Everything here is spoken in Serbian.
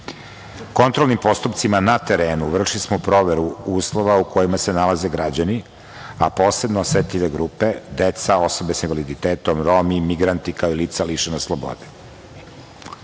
Kontrolnim postupcima na terenu vršili smo proveru uslova u kojima se nalaze građani, a posebno osetljive grupe, deca, osobe sa invaliditetom, Romi, migranti, kao i lica lišene slobode.